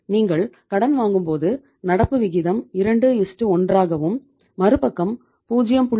நீங்கள் கடன் வாங்கும்போது நடப்பு விகிதம் 21ராகவும் மறுபக்கம் 0